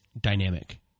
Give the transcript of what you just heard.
dynamic